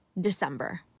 December